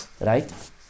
Right